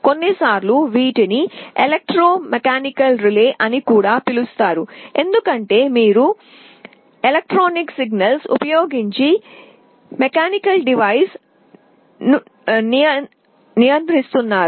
కొన్నిసార్లు వీటిని electromechanical relay అని కూడా పిలుస్తారు ఎందుకంటే మీరు ఎలక్ట్రికల్ సిగ్నల్స్ ఉపయోగించి యాంత్రిక పరికరాన్ని నియంత్రిస్తున్నారు